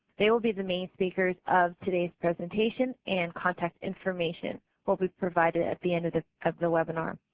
they will be the main speakers of todayis presentation and contact information will be provided at the end of the of the webinar.